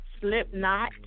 Slipknot